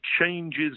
changes